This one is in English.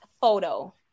photo